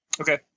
Okay